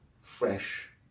fresh